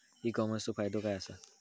E कॉमर्सचो फायदो काय असा?